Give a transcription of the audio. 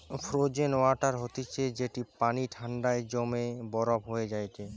frozen water হতিছে যেটি পানি ঠান্ডায় জমে বরফ হয়ে যায়টে